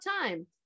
time